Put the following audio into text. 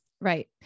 Right